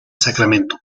sacramento